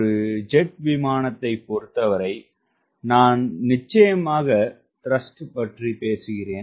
ஒரு ஜெட் விமானத்தைப் பொறுத்தவரை நாம் நிச்சயமாக Thrust பற்றி பேசுகிறோம்